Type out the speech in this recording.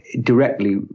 directly